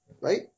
Right